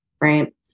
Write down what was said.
Right